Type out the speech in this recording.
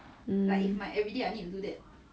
mm